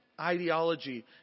ideology